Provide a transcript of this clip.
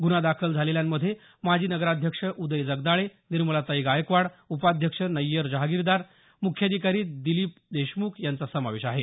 गुन्हा दाखल झालेल्यांमध्ये माजी नगराध्यक्ष उदय जगदाळे निर्मलाताई गायकवाड उपाध्यक्ष नय्यर जहागिरदार म्ख्याधिकारी दिलीप देशमुख यांचा समावेश आहे